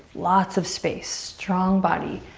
lots of space. strong body.